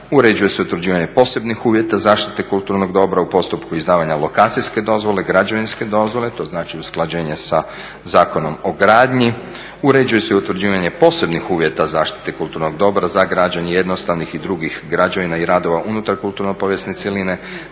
Uređuje se utvrđivanje posebnih uvjeta zaštite kulturnog dobra u postupku izdavanja lokacijske dozvole, građevinske dozvole, to znači usklađenje sa Zakonom o gradnji. Uređuju se i utvrđivanje posebnih uvjeta zaštite kulturnog dobra za građenje jednostavnih i drugih građevina i radova unutar kulturno-povijesne cjeline,